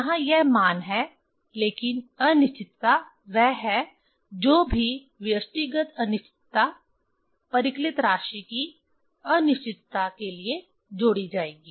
यहां यह मान है लेकिन अनिश्चितता वह है जो भी व्यष्टिगत अनिश्चितता परिकलित राशि की अनिश्चितता के लिए जोड़ी जाएगी